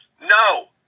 No